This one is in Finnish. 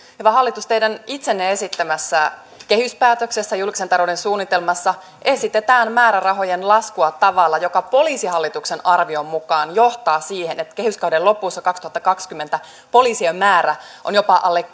hyvä hallitus teidän itsenne esittämässä kehyspäätöksessä julkisen talouden suunnitelmassa esitetään määrärahojen laskua tavalla joka poliisihallituksen arvion mukaan johtaa siihen että kehyskauden lopussa kaksituhattakaksikymmentä poliisien määrä on jopa alle